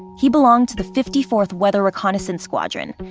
he belonged to the fifty fourth weather reconnaissance squadron.